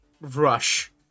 rush